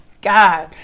God